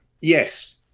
Yes